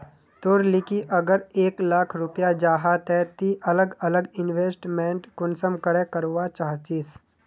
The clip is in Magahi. तोर लिकी अगर एक लाख रुपया जाहा ते ती अलग अलग इन्वेस्टमेंट कुंसम करे करवा चाहचिस?